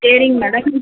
சேரிங்க மேடம்